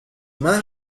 más